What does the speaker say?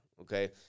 Okay